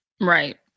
Right